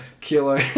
Kilo